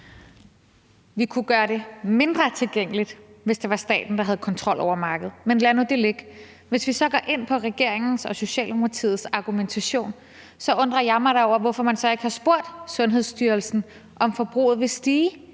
Vi kunne gøre det mindre tilgængeligt, hvis det var staten, der havde kontrol over markedet, men lad nu det ligge. Hvis vi så går ind på regeringens og Socialdemokratiets argumentation, undrer jeg mig da over, hvorfor man så ikke har spurgt Sundhedsstyrelsen, om forbruget vil stige.